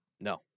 No